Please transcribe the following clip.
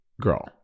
Girl